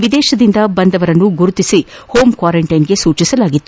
ವಿದೇಶದಿಂದ ಬಂದವರನ್ನು ಗುರುತಿಸಿ ಹೋಂ ಕ್ವಾರಂಟೈನ್ಗೆ ಸೂಚಿಸಲಾಗಿತ್ತು